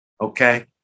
okay